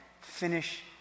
finish